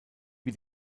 wie